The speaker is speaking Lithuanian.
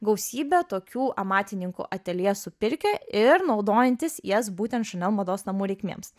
gausybė tokių amatininkų atelje supirkę ir naudojantys jas būtent šanel mados namų reikmėms